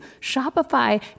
Shopify